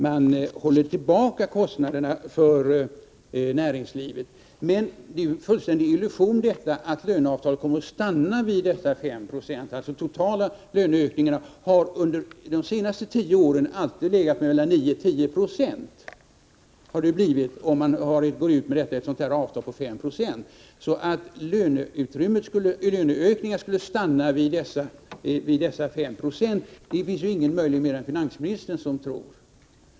Man håller tillbaka kostnaderna för näringslivet, men det är ju en fullständig illusion att löneökningarna kommer att stanna vid dessa 5 20. De totala löneökningarna har ju under de senaste tio åren alltid legat mellan 9 och 10 96. Att de då skulle stanna vid dessa 5 26 finns det ingen mer än möjligen finansministern som tror.